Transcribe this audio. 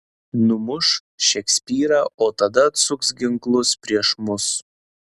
numuš šekspyrą o tada atsuks ginklus prieš mus